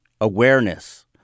awareness